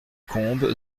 combes